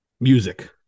Music